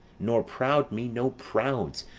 nor proud me no prouds,